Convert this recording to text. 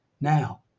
now